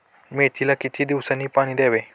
मेथीला किती दिवसांनी पाणी द्यावे?